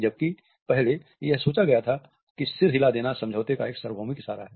जबकि पहले यह सोचा गया था कि सिर हिला देना समझौते का एक सार्वभौमिक इशारा है